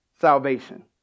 salvation